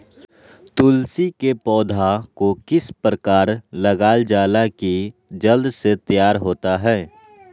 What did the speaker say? तुलसी के पौधा को किस प्रकार लगालजाला की जल्द से तैयार होता है?